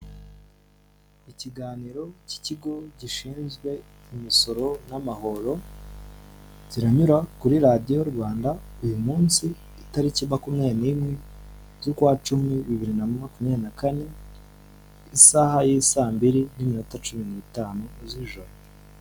Ikiganiro cy'ikigo gishinzwe imisoro n'amahoro, kiranyura kuri radiyo Rwanda uyu munsi itariki makumyabiri niimwe z'ukwa cumi bibiri na makumyabiri na kane isaha y'i saa mbiri n'iminota cumi n'itanu z'ijoro.